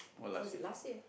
was it last year